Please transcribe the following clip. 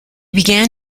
began